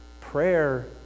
Prayer